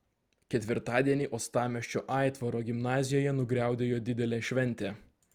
ketvirtadienį uostamiesčio aitvaro gimnazijoje nugriaudėjo didelė šventė